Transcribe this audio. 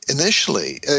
initially